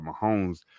Mahomes